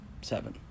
Seven